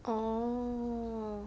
orh